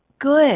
good